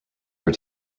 were